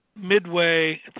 midway